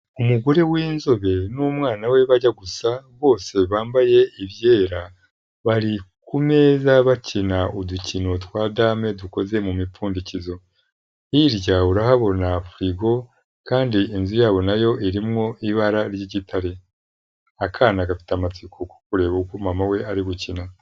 Umugore w'inzobe n'umwana we bajya gusa bose bambaye ibyera, bari ku meza bakina udukino twa dame dukoze mu mipfundikizo. Hirya urahabona firigo, kandi inzu yabo na yo irimwo ibara ry'igitare. Akana gafite amatsiko ku kureba uko mama we ari gukina.